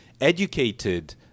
educated